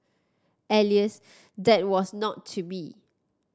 that was not to be